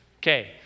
Okay